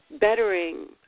bettering